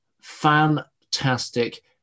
fantastic